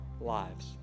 lives